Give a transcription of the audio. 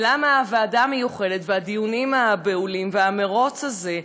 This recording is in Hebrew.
ולמה הוועדה המיוחדת והדיונים הבהולים והמרוץ הזה?